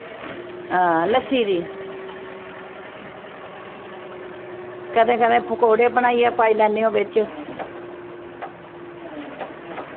लस्सी दी कदें कदें पकौड़े बनाइयै पाई लैन्ने ओह् बिच्च